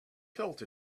felt